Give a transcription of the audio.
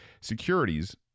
securities